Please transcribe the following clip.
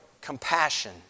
compassion